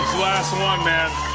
last one, man.